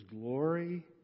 glory